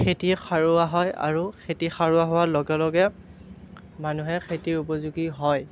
খেতি সাৰুৱা হয় আৰু খেতি সাৰুৱা হোৱাৰ লগে লগে মানুহে খেতিৰ উপযোগী হয়